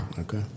Okay